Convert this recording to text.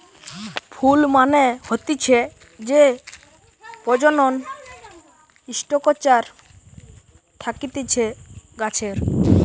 ফুল মানে হতিছে যে প্রজনন স্ট্রাকচার থাকতিছে গাছের